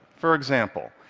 for example,